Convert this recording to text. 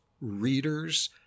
readers